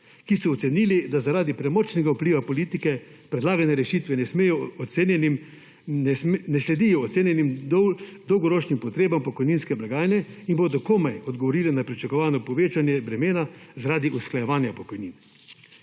ki so ocenili, da zaradi premočnega vpliva politike predlagane rešitve ne sledijo ocenjenim dolgoročnim potrebam pokojninske blagajne in bodo komaj odgovorile na pričakovano povečanje bremena zaradi usklajevanja pokojnin.